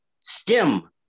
STEM